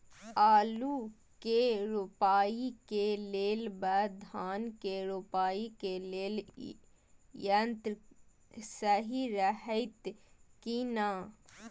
आलु के रोपाई के लेल व धान के रोपाई के लेल यन्त्र सहि रहैत कि ना?